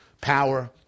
Power